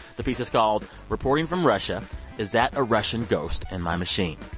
the piece is called reporting from russia is that a russian ghost in my machine?